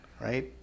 right